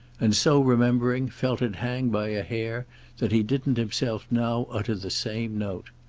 and, so remembering, felt it hang by a hair that he didn't himself now utter the same note.